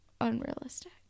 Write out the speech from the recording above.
unrealistic